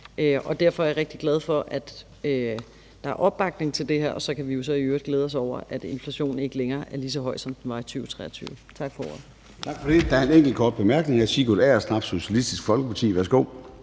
Derfor er jeg rigtig glad for, at der er opbakning til det her, og så kan vi jo i øvrigt glæde os over, at inflationen ikke længere er lige så høj, som den var i 2023. Tak for ordet. Kl. 20:13 Formanden (Søren Gade): Tak for det. Der er en enkelt kort bemærkning. Hr. Sigurd Agersnap, Socialistisk Folkeparti. Værsgo.